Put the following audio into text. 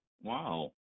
Wow